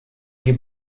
die